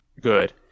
Good